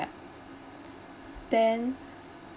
then